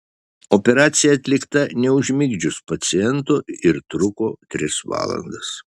operacija atlikta neužmigdžius paciento ir truko tris valandas